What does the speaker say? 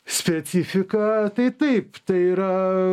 specifiką tai taip tai yra